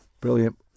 brilliant